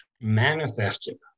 manifested